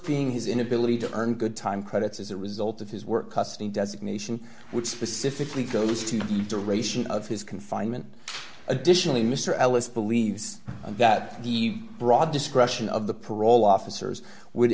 being his inability to earn good time credits as a result of his work custody designation which specifically goes to the ration of his confinement additionally mr ellis believes that the broad discretion of the parole officers would